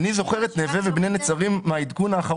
הייתי מבין את העמדה אם היינו מציעים הטבה לשנה,